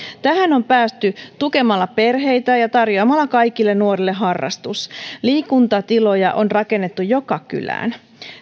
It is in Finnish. tähän on päästy tukemalla perheitä ja tarjoamalla kaikille nuorille harrastus liikuntatiloja on rakennettu joka kylään